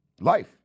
life